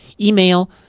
Email